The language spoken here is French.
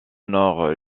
nord